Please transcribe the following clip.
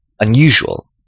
unusual